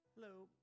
Hello